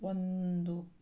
ಒಂದು